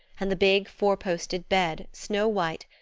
and the big, four-posted bed, snow-white,